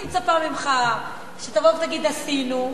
אני מצפה ממך שתבוא ותגיד: עשינו,